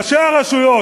ראשי הרשויות,